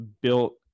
built